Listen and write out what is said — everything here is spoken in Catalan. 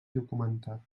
documentat